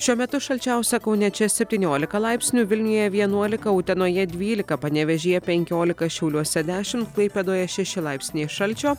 šiuo metu šalčiausia kaune čia septyniolika laipsnių vilniuje vienuolika utenoje dvylika panevėžyje penkiolika šiauliuose dešimt klaipėdoje šeši laipsniai šalčio